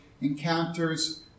encounters